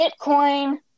Bitcoin